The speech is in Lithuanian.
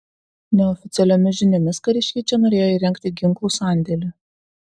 neoficialiomis žiniomis kariškiai čia norėjo įrengti ginklų sandėlį